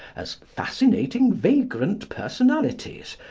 as fascinating vagrant personalities,